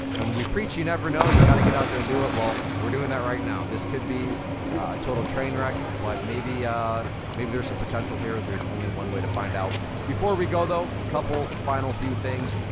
i mean we preach, you never know, you gotta get out there and do it, well, we're doing that right now. this could be a total train wreck, but maybe ah maybe there's some potential here. there's only one way to find out. before we go, though, couple final few things.